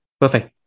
perfect